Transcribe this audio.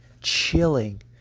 chilling